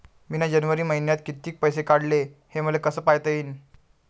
मिन जनवरी मईन्यात कितीक पैसे काढले, हे मले कस पायता येईन?